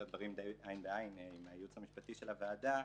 הדברים די עין בעין עם הייעוץ המשפטי של הוועדה.